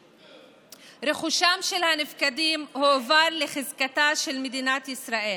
רכושם של הנפקדים הועבר לחזקתה של מדינת ישראל,